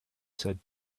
said